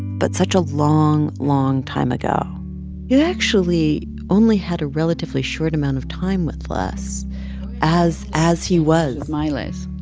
but such a long, long time ago you actually only had a relatively short amount of time with les as as he was with my les